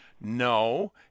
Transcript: No